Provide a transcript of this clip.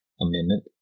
Amendment